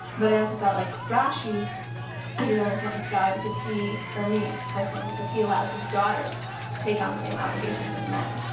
but i also felt like rashi is a really important scholar because he, for me, personally, because he allows his daughters to take on the same obligations as men.